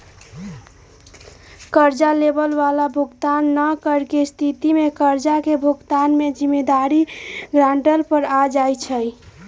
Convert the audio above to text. कर्जा लेबए बला भुगतान न करेके स्थिति में कर्जा के भुगतान के जिम्मेदारी गरांटर पर आ जाइ छइ